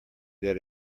that